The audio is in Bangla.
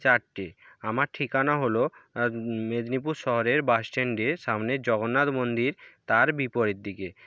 চারটে আমার ঠিকানা হলো মেদিনীপুর শহরের বাসস্ট্যান্ডের সামনে জগন্নাথ মন্দির তার বিপরীত দিকে